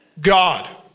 God